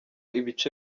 ibice